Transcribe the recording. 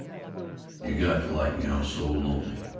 you got to like me! i'm so lonely!